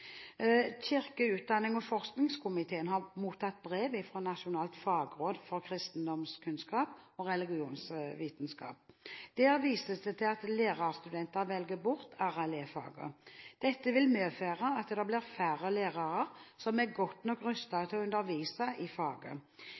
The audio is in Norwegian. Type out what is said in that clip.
Kirke-, utdannings- og forskningskomiteen har mottatt brev fra Nasjonalt fagråd for kristendomskunnskap og religionsvitenskap. Der vises det til at lærerstudenter velger bort RLE-faget. Dette vil medføre at det blir færre lærere som er godt nok rustet til å undervise i faget.